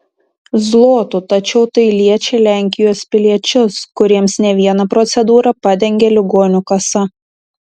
zlotų tačiau tai liečia lenkijos piliečius kuriems ne vieną procedūrą padengia ligonių kasa